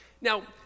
Now